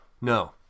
No